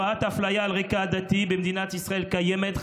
תופעת האפליה על רקע עדתי במדינת ישראל קיימת,